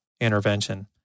intervention